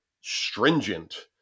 stringent